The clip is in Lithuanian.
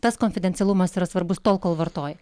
tas konfidencialumas yra svarbus tol kol vartoji